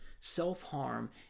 self-harm